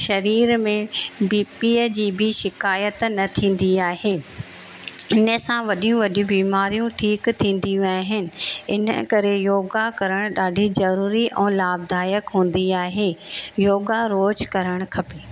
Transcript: शरीर में बीपीअ जी बि शिकायत न थींदी आहे इन सां वॾियूं वॾियूं बीमारियूं ठीकु थींदियूं आहिनि इन करे योगा करणु ॾाढी ज़रूरी ऐं लाभदायक हूंदी आहे योगा रोज़ु करणु खपे